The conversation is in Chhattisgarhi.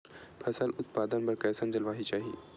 फसल उत्पादन बर कैसन जलवायु चाही?